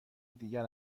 دیگر